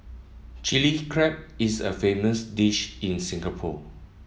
Chilli Crab is a famous dish in Singapore